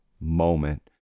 moment